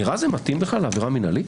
נראה שזה מתאים בכלל לעבירה מינהלית?